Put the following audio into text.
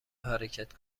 حرکت